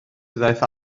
ddaeth